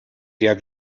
der